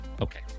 Okay